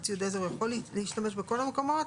בציוד עזר הוא יכול להשתמש בכל המקומות